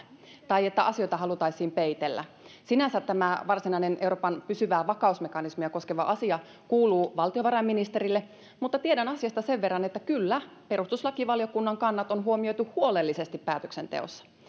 tai että asioita haluttaisiin peitellä sinänsä tämä varsinainen euroopan pysyvää vakausmekanismia koskeva asia kuuluu valtiovarainministerille mutta tiedän asiasta sen verran että kyllä perustuslakivaliokunnan kannat on huomioitu huolellisesti päätöksenteossa